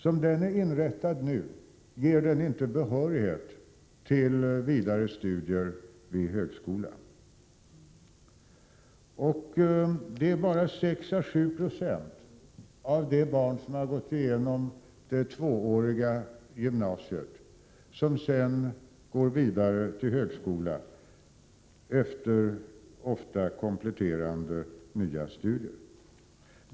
Som den är inrättad nu ger den inte behörighet till vidare studier vid högskola. Det är bara 6 å 7 20 av de ungdomar som gått igenom det tvååriga gymnasiet som sedan går vidare till högskola, ofta efter kompletterande nya studier.